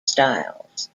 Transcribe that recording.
styles